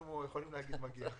אנחנו יכולים להגיד שמגיע.